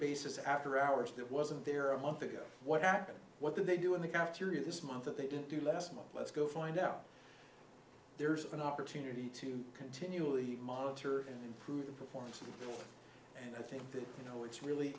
basis after hours that wasn't there a month ago what happened what did they do in the cafeteria this month that they didn't do last month let's go find out there's an opportunity to continually monitor and improve the performance and i think that you know it's really